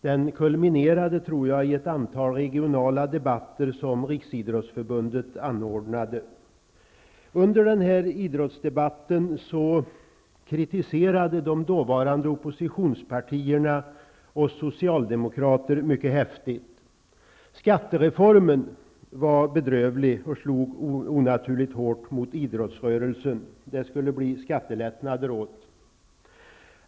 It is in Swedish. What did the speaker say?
Den kulminerade i ett antal regionala debatter som Under den här idrottsdebatten kritiserade de dåvarande oppositionspartierna oss socialdemokrater mycket häftigt. Skattereformen var bedrövlig och slog onaturligt hårt mot idrottsrörelsen. Det skulle bli skattelättnader för den.